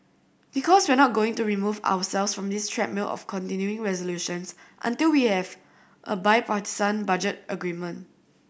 because we're not going to remove ourselves from this treadmill of continuing resolutions until we have a bipartisan budget agreement